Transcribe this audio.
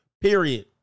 period